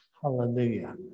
Hallelujah